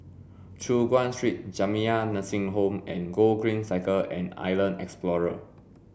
Choon Guan Street Jamiyah Nursing Home and Gogreen Cycle and Island Explorer